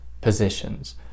positions